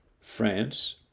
France